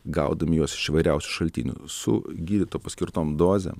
gaudami juos iš įvairiausių šaltinių su gydyto paskirtom dozėm